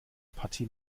partie